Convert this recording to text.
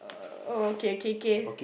oh kay kay kay